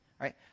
right